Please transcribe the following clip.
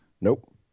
Nope